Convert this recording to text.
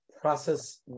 process